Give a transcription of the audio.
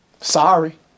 Sorry